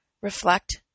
reflect